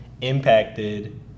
impacted